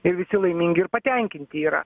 ir visi laimingi ir patenkinti yra